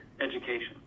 education